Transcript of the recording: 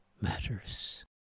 matters